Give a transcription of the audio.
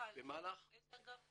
--- איזה אגף?